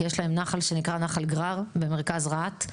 כי יש להם נחל שנקרא נחל גרר במרכז רהט,